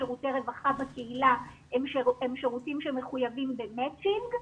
שירותי רווחה בקהילה הם שירותים שמחויבים במצ'ינג.